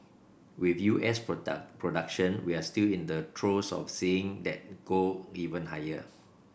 with U S production we're still in the throes of seeing that go even higher